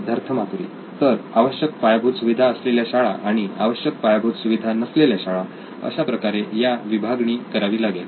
सिद्धार्थ मातुरी तर आवश्यक पायाभूत सुविधा असलेल्या शाळा आणि आवश्यक पायाभूत सुविधा नसलेल्या शाळा अशाप्रकारे याची विभागणी करावी लागेल